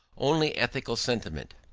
only ethical sentiment.